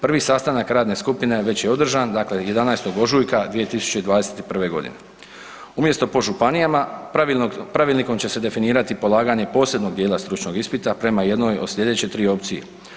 Prvi sastanak radne skupine već je održan, dakle 11. ožujka 2021. g. Umjesto po županijama, Pravilnikom će se definirati polaganje posebnog dijela stručnog ispita prema jednoj od sljedeće tri opcije.